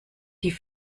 die